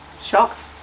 shocked